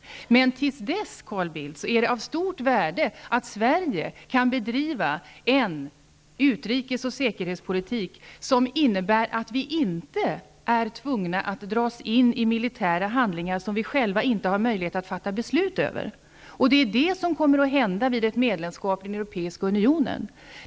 Men till dess, Carl Bildt, är det av stort värde att Sverige kan bedriva en utrikes och säkerhetspolitik som innebär att vi inte är tvungna att dras in i militära handlingar som vi själva inte har möjlighet att fatta beslut om. Det är ju det som kommer att hända vid ett medlemskap i den europeiska unionen.